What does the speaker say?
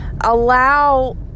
Allow